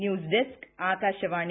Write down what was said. news desk Akashvani